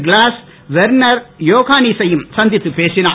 class Werner யோகானீ சையும் சந்தித்து பேசினார்